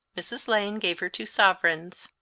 mrs. lane gave her two sovereigns.